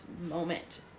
moment